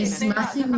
אני אשמח אם